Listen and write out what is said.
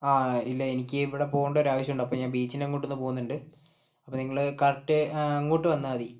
ആ ഇല്ല എനിക്ക് ഇവിടെ പോകേണ്ട ഒരു ആവശ്യമുണ്ട് ഞാൻ ബീച്ചിൻ്റെ അങ്ങോട്ട് ഒന്ന് പോകുന്നുണ്ട് അപ്പോൾ നിങ്ങൾ കറക്റ്റ് അങ്ങോട്ട് വന്നാൽ മതി